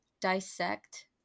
dissect